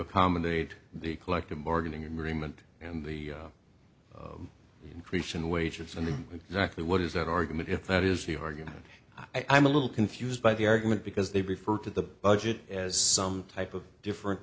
accommodate the collective bargaining agreement and the increase in wages and the exactly what is that argument if that is the argument i'm a little confused by the argument because they refer to the budget as some type of different